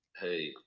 Hey